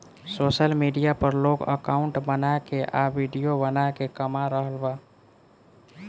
social media पर लोग account बना के आ विडिओ बना के कमा रहल बा